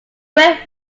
red